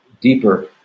deeper